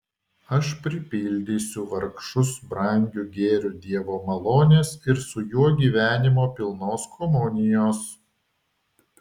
aš pripildysiu vargšus brangiu gėriu dievo malonės ir su juo gyvenimo pilnos komunijos